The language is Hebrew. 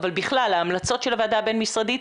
אבל בכלל ההמלצות של הוועדה הבין משרדית.